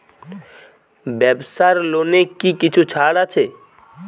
ব্যাবসার লোনে কি কিছু ছাড় আছে?